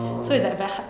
orh